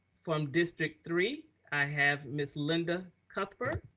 from district three have ms. linda cuthbert,